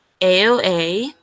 AOA